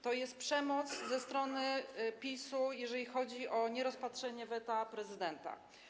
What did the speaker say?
To jest przemoc ze strony PiS-u, jeżeli chodzi o nierozpatrzenie weta prezydenta.